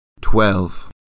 Twelve